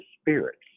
spirits